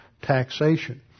Taxation